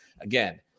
Again